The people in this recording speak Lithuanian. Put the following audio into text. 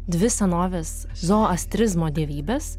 dvi senovės zoastrizmo dievybes